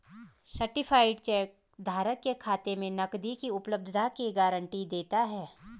certified cheque धारक के खाते में नकदी की उपलब्धता की गारंटी देता है